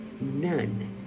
None